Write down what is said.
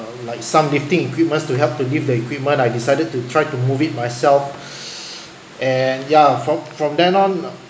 like some lifting equipment to help to give the equipment I decided to try to move it myself and ya from from then on